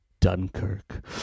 Dunkirk